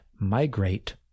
migrate